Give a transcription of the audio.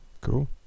cool